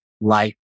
life